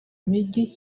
mijyi